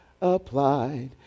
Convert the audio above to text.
applied